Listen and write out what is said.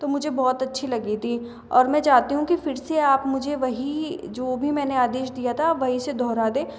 तो मुझे बहुत अच्छी लगी थी और मैं चाहती हूँ की फिर से आप मुझे वही जो भी मैंने आदेश दिया था आप वही से दोहरा दें